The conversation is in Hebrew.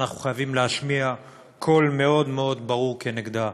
אנחנו צריכים להשמיע קול ברור מאוד מאוד כנגדה.